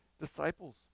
disciples